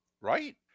Right